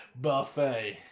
Buffet